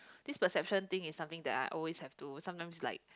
this perception thing is something that I always have to sometimes like